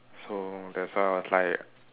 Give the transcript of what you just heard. so that's why must like